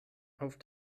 auf